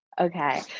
Okay